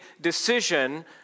decision